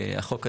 החוק הזה,